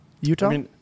Utah